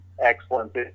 excellent